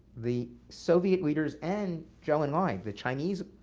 the soviet leaders and zhou enlai, the chinese